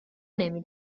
نمی